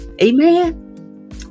Amen